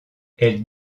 elle